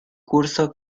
curso